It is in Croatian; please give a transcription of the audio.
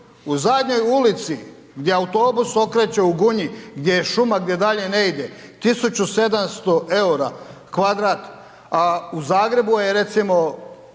u zadnjoj ulici gdje autobus okreće u Gunji, gdje je šuma, gdje dalje ne ide, 1.700,00 EUR-a kvadrat, a u Zagrebu je recimo